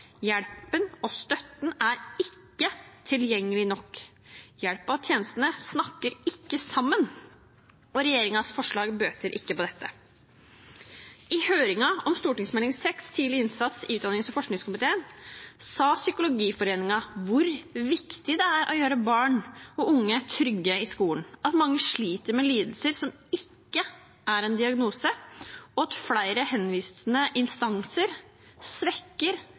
Hjelpen og støtten er ikke tilgjengelig nok. Hjelpen og tjenestene snakker ikke sammen, og regjeringens forslag bøter ikke på dette. I høringen om Meld. St. 6 for 2019–2020, om tidlig innsats, i utdannings- og forskningskomiteen snakket Psykologforeningen om hvor viktig det er å gjøre barn og unge trygge i skolen, at mange sliter med lidelser som ikke er en diagnose, og at flere henvisende instanser svekker